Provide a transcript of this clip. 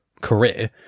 career